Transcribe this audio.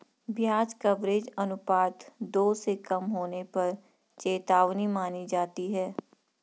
ब्याज कवरेज अनुपात दो से कम होने पर चेतावनी मानी जाती है